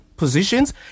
positions